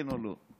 כן או לא.